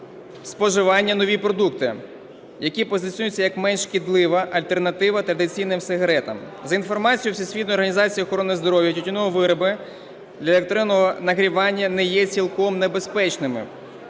споживання нові продукти, які позиціонуються як менш шкідлива альтернатива традиційним сигаретам. За інформацією Всесвітньої організації охорони здоров'я, тютюнові вироби електронного нагрівання не є цілком небезпечними,